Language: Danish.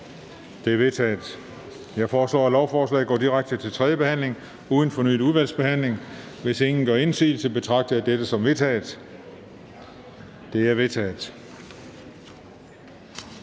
Det er vedtaget. Jeg foreslår, at lovforslaget går direkte til tredje behandling uden fornyet udvalgsbehandling. Hvis ingen gør indsigelse, betragter jeg dette som vedtaget. Det er vedtaget.